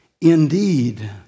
Indeed